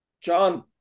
John